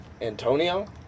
Antonio